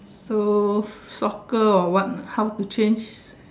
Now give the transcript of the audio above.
so soccer or what ah how to change